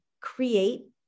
create